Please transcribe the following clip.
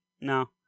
no